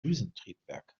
düsentriebwerk